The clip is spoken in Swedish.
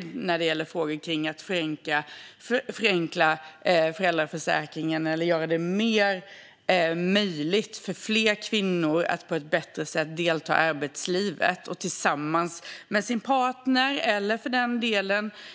Det gäller särskilt frågor om att förenkla föräldraförsäkringen eller att göra det möjligt för fler kvinnor att lättare kunna delta i arbetslivet så att de tillsammans med sin partner,